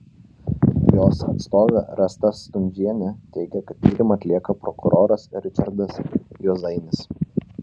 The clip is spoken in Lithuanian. jos atstovė rasa stundžienė teigė kad tyrimą atlieka prokuroras ričardas juozainis